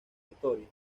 historias